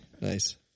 Nice